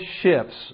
ships